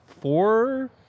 four